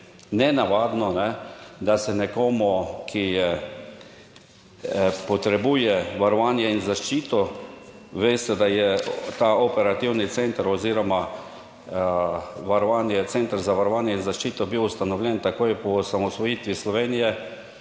nenavadno, da se nekomu, ki je, potrebuje varovanje in zaščito. Veste, da je ta operativni center oziroma varovanje, center za varovanje in zaščito bil ustanovljen takoj po osamosvojitvi Slovenije